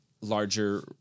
larger